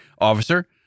Officer